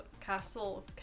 Castle